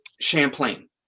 Champlain